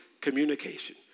communication